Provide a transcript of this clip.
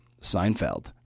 Seinfeld